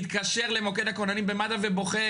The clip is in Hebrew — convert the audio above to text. מתקשר למוקד הכוננים מד"א ובוכה,